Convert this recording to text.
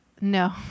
No